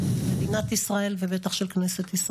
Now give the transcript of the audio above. הפחד האמיתי שאנחנו רואים בצד השני הוא